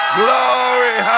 glory